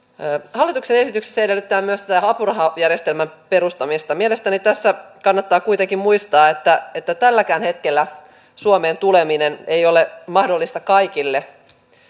hallituksen esityksessä edellytetään myös tätä apurahajärjestelmän perustamista mielestäni tässä kannattaa kuitenkin muistaa että että tälläkään hetkellä suomeen tuleminen ei ole mahdollista kaikille